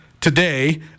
today